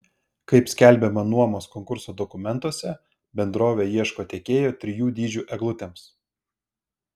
kaip skelbiama nuomos konkurso dokumentuose bendrovė ieško tiekėjo trijų dydžių eglutėms